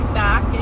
back